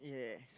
yes